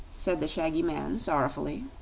said the shaggy man, sorrowfully.